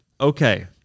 Okay